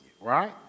Right